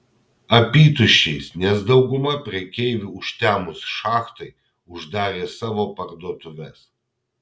apytuščiais nes dauguma prekeivių užtemus šachtai uždarė savo parduotuves